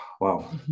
Wow